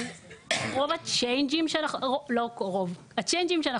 אז רוב ה"צ'יינג'ים" שאנחנו,